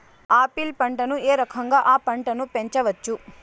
Apple పంటను ఏ రకంగా అ పంట ను పెంచవచ్చు?